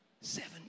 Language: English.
Seven